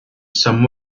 some